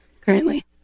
currently